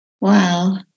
Wow